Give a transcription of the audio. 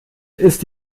ist